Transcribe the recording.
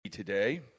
Today